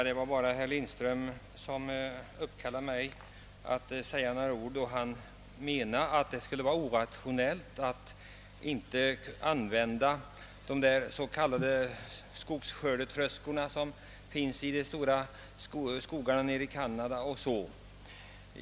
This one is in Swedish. Herr talman! Herr Lindström föranleder mig att säga några ord. Han påstod att det skulle vara rationellt att använda de s.k. skogsskördetröskor som man gör i bl.a. Kanadas stora skogar.